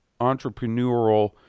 entrepreneurial